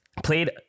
played